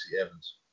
Evans